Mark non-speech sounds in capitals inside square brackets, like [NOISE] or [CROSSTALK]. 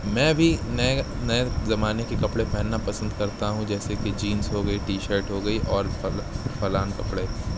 میں بھی میں نئے زمانے کے کپڑے پہننا پسند کرتا ہوں جیسے کہ جینس ہو گئی ٹی شرٹ ہو گئی اور [UNINTELLIGIBLE] کپڑے